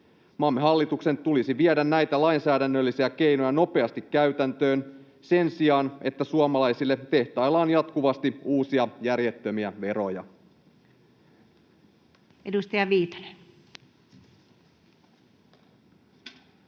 Maamme hallituksen tulisi viedä näitä lainsäädännöllisiä keinoja nopeasti käytäntöön sen sijaan, että suomalaisille tehtaillaan jatkuvasti uusia järjettömiä veroja.